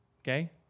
okay